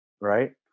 right